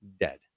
dead